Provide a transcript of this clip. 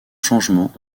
changements